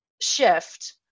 shift